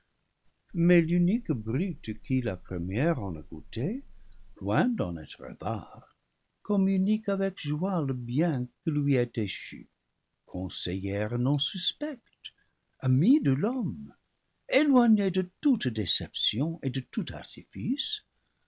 mais l'unique brute qui la première en a goûté loin d'en être avare communique avec joie le bien qui lui est échu conseil lère non suspecte amie de l'homme éloignée de toute décep tion et de tout artifice